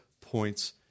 points